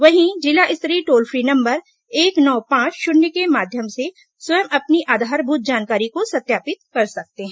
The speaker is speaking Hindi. वहीं जिला स्तरीय टोल फ्री नंबर एक नौ पांच शून्य के माध्यम से स्वयं अपनी आधारभूत जानकारी को सत्यापित कर सकते हैं